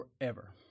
forever